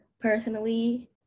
personally